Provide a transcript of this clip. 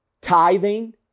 tithing